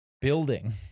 building